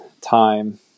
time